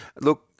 Look